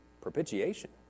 propitiation